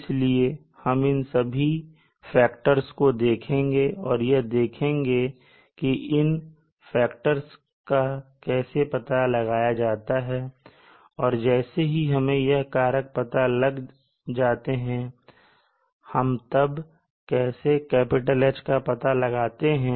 इसलिए हम इन सभी कारकों को देखेंगे और यह देखेंगे कि इन कारकों का कैसे पता लगाया जाता है और जैसे ही हमें यह कारक पता लग जाते हैं हम तब कैसे H का पता लगाते हैं